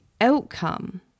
outcome